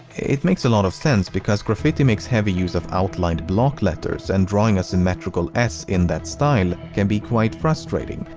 it makes a lot of sense because graffiti makes heavy use of outlined block letters and drawing a symmetrical s in that style can be quite frustrating.